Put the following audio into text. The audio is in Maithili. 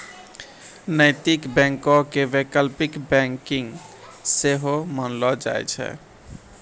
नैतिक बैंको के वैकल्पिक बैंकिंग सेहो मानलो जाय छै